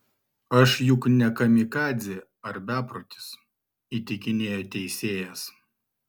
aš juk ne kamikadzė ar beprotis įtikinėjo teisėjas